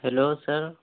hello sir